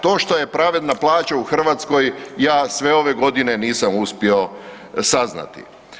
To što je pravedna plaća u Hrvatskoj ja sve ove godine nisam uspio saznati.